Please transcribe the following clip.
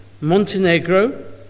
Montenegro